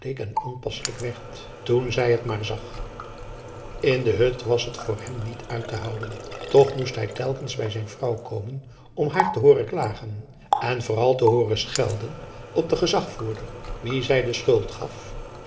onpasselijk werd toen zij het maar zag in de hut was het voor hem niet uit te houden toch moest hij telkens bij zijn vrouw komen om haar te hooren klagen en vooral te hooren schelden op den gezagvoerder wien zij de schuld gaf